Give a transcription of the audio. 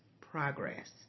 progress